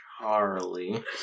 Charlie